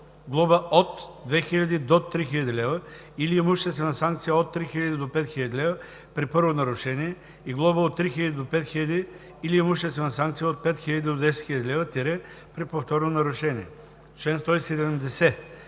глоба от 2000 до 3000 лв. или имуществена санкция от 3000 до 5000 лв. при първо нарушение, и глоба от 3000 до 5000 лв. или имуществена санкция от 5000 до 10 000 лв. – при повторно нарушение.“